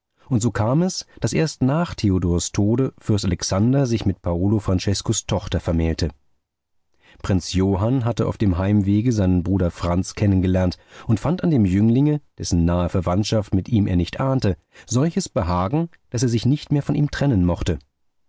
und so kam es daß erst nach theodors tode fürst alexander sich mit paolo franceskos tochter vermählte prinz johann hatte auf dem heimwege seinen bruder franz kennengelernt und fand an dem jünglinge dessen nahe verwandtschaft mit ihm er nicht ahnte solches behagen daß er sich nicht mehr von ihm trennen mochte